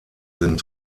sind